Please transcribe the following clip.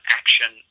action